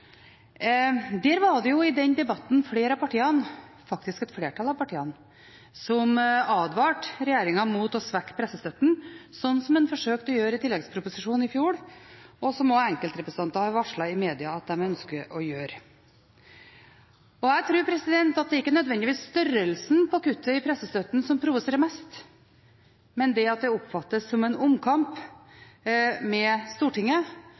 I den debatten var det flere av partiene – faktisk et flertall av partiene – som advarte regjeringen mot å svekke pressestøtten, slik en forsøkte å gjøre i tilleggsproposisjonen i fjor, og som også enkeltrepresentanter har varslet i media at de ønsker å gjøre. Jeg tror at det ikke nødvendigvis er størrelsen på kuttet i pressestøtten som provoserer mest, men at det oppfattes som en omkamp med Stortinget